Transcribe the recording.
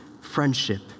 friendship